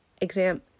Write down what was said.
exam